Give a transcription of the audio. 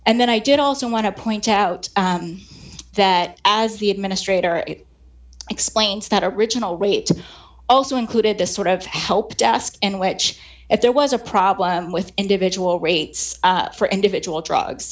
and then i did also want to point out that as the administrator it explains that original rate also included this sort of help desk in which if there was a problem with individual rates for individual drugs